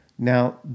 Now